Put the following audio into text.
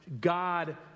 God